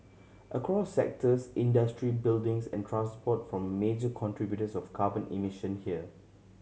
across sectors industry buildings and transport form major contributors of carbon emission here